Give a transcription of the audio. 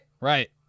Right